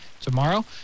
tomorrow